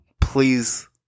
please